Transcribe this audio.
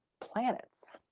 planets